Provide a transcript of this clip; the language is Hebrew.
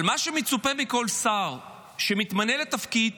אבל מה שמצופה מכל שר שמתמנה לתפקיד